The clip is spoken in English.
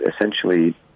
essentially